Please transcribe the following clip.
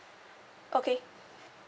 okay